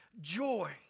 joy